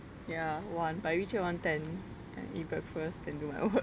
ya one but I reach here one ten then eat breakfast then do my work